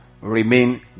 remain